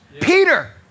Peter